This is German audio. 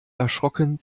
erschrocken